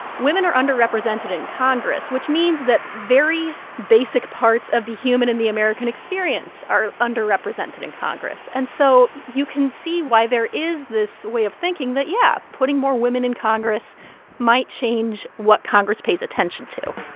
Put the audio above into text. women are underrepresented in congress, which means that very basic parts of the human and the american experience are underrepresented in congress. and so you can see why there is this way of thinking that, yeah, putting more women in congress might change what congress pays attention to